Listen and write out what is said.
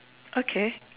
okay